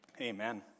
Amen